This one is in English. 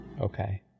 Okay